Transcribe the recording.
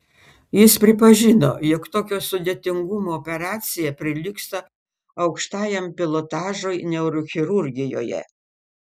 jis pripažino jog tokio sudėtingumo operacija prilygsta aukštajam pilotažui neurochirurgijoje